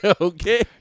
okay